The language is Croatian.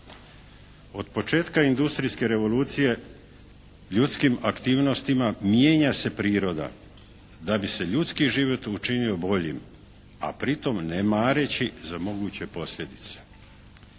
Od početka industrijske revolucije ljudskim aktivnostima mijenja se priroda da bi se ljudski život učinio boljim, a pritom ne mareći za moguće posljedice.